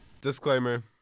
disclaimer